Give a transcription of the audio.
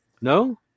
no